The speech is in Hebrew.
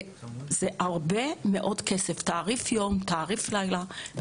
יש תעריף יום ותעריף לילה,